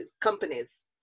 companies